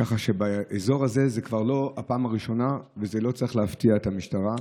כך שבאזור הזה זאת לא הפעם הראשונה וזה לא צריך להפתיע את המשטרה.